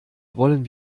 wollen